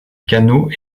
canaux